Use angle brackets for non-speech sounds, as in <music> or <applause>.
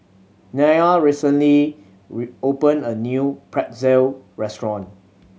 Nya recently <unintelligible> opened a new Pretzel restaurant